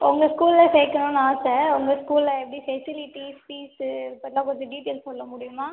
உங்கள் ஸ்கூலில் சேர்க்கணும்னு ஆசை உங்கள் ஸ்கூலில் எப்படி ஃபெசிலிட்டி ஃபீஸு இதெல்லாம் கொஞ்சம் டீட்டைல் சொல்ல முடியுமா